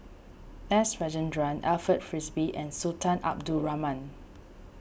S Rajendran Alfred Frisby and Sultan Abdul Rahman